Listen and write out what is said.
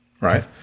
right